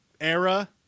era